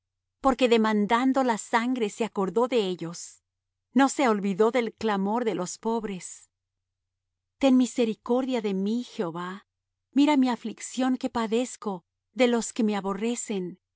porque demandando la sangre se acordó de ellos no se olvidó del clamor de los pobres ten misericordia de mí jehová mira mi aflicción que padezco de los que me aborrecen